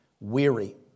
weary